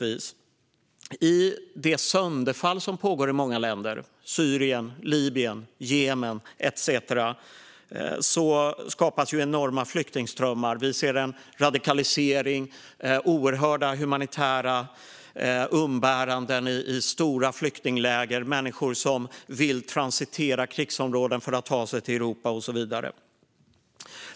I det sönderfall som pågår i många länder - Syrien, Libyen, Jemen etcetera - skapas enorma flyktingströmmar. Vi ser radikalisering, oerhörda humanitära umbäranden i stora flyktingläger, människor som vill transitera krigsområden för att ta sig till Europa och så vidare.